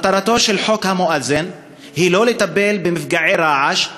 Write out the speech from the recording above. מטרתו של חוק המואזין היא לא לטפל במפגעי רעש,